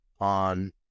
on